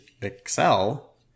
excel